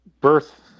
birth